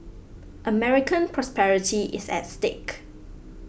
American prosperity is at stake